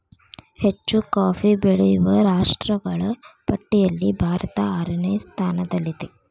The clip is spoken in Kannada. ಹೆಚ್ಚು ಕಾಫಿ ಬೆಳೆಯುವ ರಾಷ್ಟ್ರಗಳ ಪಟ್ಟಿಯಲ್ಲಿ ಭಾರತ ಆರನೇ ಸ್ಥಾನದಲ್ಲಿದೆ